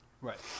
Right